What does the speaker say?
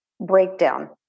breakdown